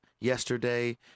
yesterday